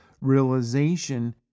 realization